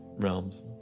realms